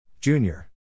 Junior